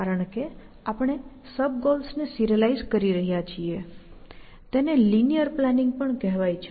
કારણ કે આપણે સબ ગોલ્સને સિરીઅલાઈઝ કરી રહ્યા છીએ તેને લિનીઅર પ્લાનિંગ પણ કહેવાય છે